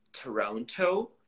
Toronto